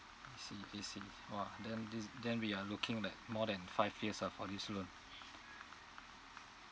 O_C_B_C !wah! then this then we are looking like more than five years ah for this loan